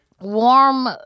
warm